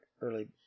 early